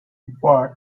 but